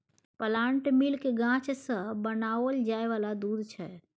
plant milk गाछ सँ बनाओल जाय वाला दूध छै